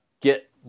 get